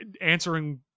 answering